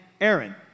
Aaron